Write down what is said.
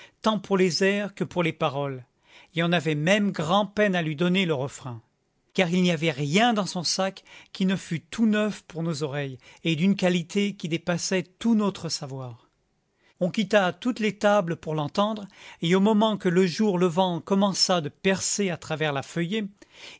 tant pour les airs que pour les paroles et on avait même grand'peine à lui donner le refrain car il n'y avait rien dans son sac qui ne fût tout neuf pour nos oreilles et d'une qualité qui dépassait tout notre savoir on quitta toutes les tables pour l'entendre et au moment que le jour levant commença de percer à travers la feuillée